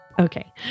Okay